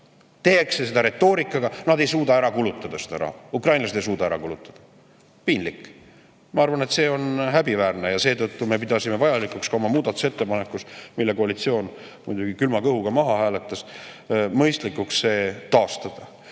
Tehakse seda retoorikaga, et nad ei suuda ära kulutada seda raha, ukrainlased ei suuda ära kulutada. Piinlik! Ma arvan, et see on häbiväärne, ja seetõttu me pidasime vajalikuks ja mõistlikuks ka oma muudatusettepanekus, mille koalitsioon muidugi külma kõhuga maha hääletas, see taastada. Seda,